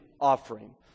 offering